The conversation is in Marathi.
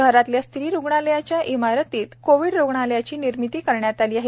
शहरातल्या स्त्री रुग्णालयाच्या इमारतीत कोविड रुग्णालयाची निर्मिती करण्यात आली आहे